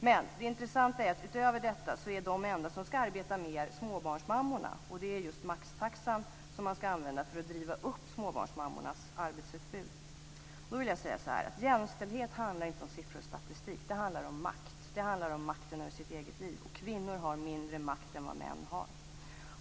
Men det intressanta är, utöver detta, att de enda som ska arbeta mer är småbarnsmammorna, och det är just maxtaxan som man ska använda för att driva upp småbarnsmammornas arbetsutbud. Då vill jag säga så här: Jämställdhet handlar inte om siffror och statistik. Det handlar om makt, om makten över sitt eget liv, och kvinnor har mindre makt än vad män har.